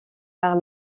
par